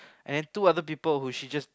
and two other people whom she just